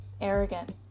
arrogant